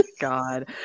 god